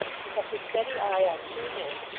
he kept a steady eye on two men,